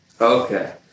Okay